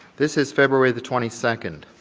this is february the twenty second